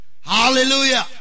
Hallelujah